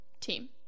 team